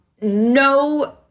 no